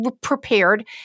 prepared